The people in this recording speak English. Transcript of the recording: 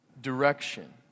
direction